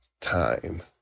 Time